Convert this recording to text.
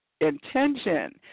intention